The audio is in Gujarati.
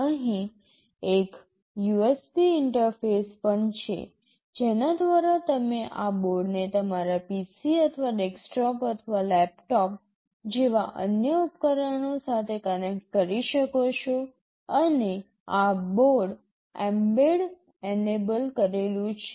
અહીં એક USB ઇંટરફેસ પણ છે જેના દ્વારા તમે આ બોર્ડને તમારા PC અથવા ડેસ્કટોપ અથવા લેપટોપ જેવા અન્ય ઉપકરણો સાથે કનેક્ટ કરી શકો છો અને આ બોર્ડ mbed એનેબલ કરેલું છે